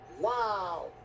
wow